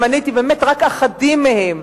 שמניתי באמת רק אחדים מהם,